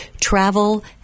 travel